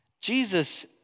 Jesus